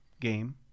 game